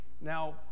Now